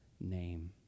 name